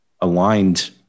aligned